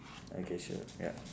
okay sure ya